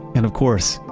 and of course,